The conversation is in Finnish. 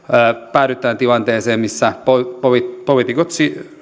päädytään tilanteeseen missä poliitikot